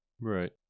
Right